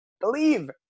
believe